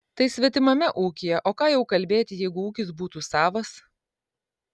tai svetimame ūkyje o ką jau kalbėti jeigu ūkis būtų savas